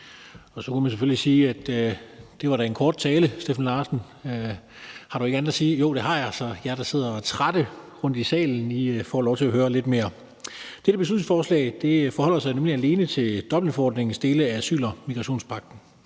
Og så kunne man selvfølgelig sige, at det da var en kort tale, Steffen Larsen, har du ikke andet at sige? Jo, det har jeg, så jer, der sidder trætte rundtomkring i salen, får lov til at høre lidt mere. Dette beslutningsforslag forholder sig nemlig alene til Dublinforordningens dele om asyl- og migrationspagten.